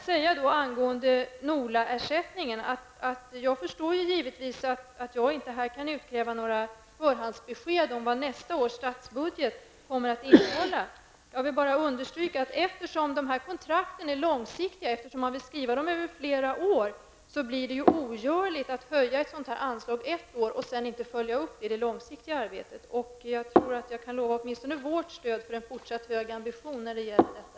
När det gäller NOLA-ersättningen förstår jag givetvis att jag inte här kan utkräva några förhandsbesked om vad nästa års statsbudget kommer att innehålla. Eftersom de här kontrakten är långsiktiga och skrivs över flera år, vill jag understryka att det blir ogörligt att ha ett sådant anslag ett år och sedan inte följa upp det i det långsiktiga arbetet. Jag tror att jag kan lova åtminstone vårt stöd för en fortsatt hög ambition när det gäller detta.